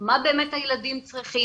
מה באמת הילדים צריכים,